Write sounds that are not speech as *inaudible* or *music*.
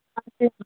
*unintelligible*